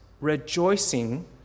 rejoicing